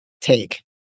take